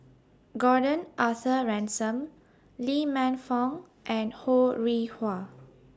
Gordon Arthur Ransome Lee Man Fong and Ho Rih Hwa